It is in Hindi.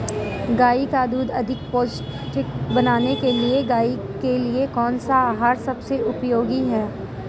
गाय का दूध अधिक पौष्टिक बनाने के लिए गाय के लिए कौन सा आहार सबसे उपयोगी है?